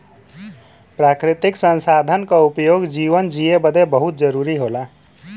प्राकृतिक संसाधन क उपयोग जीवन जिए बदे बहुत जरुरी होला